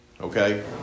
Okay